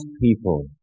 people